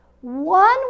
one